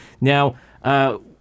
Now